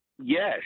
Yes